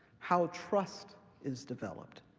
how trust is developed,